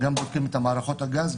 הם גם בודקים את מערכות הגז,